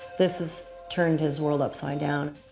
this has turned his world upside down.